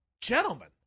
Gentlemen